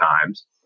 times